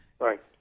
Right